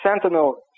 sentinel